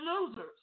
losers